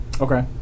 Okay